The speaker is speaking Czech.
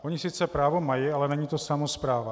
Ony sice právo mají, ale není to samospráva.